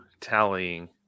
tallying